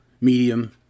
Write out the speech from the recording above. medium